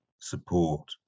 support